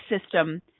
system